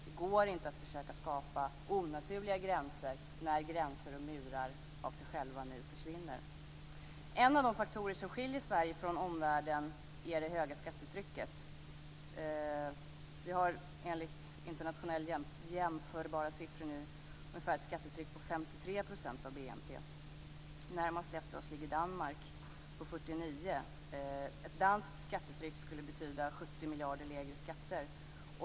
Det går inte att försöka skapa onaturliga gränser när gränser och murar nu försvinner av sig själva. En av de faktorer som skiljer Sverige från omvärlden är det höga skattetrycket. Vi har nu enligt internationellt jämförbara siffror ett skattetryck på ungefär 53 % av BNP. Närmast oss ligger Danmark på 49 %. Ett danskt skattetryck skulle betyda 70 miljarder lägre skatter.